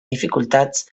dificultats